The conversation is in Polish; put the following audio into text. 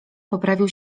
poprawił